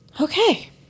Okay